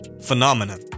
phenomenon